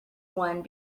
one